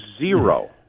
zero